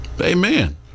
Amen